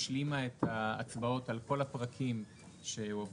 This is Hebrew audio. השלימה את ההצבעות על כל הפרקים שהועברו